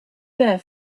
their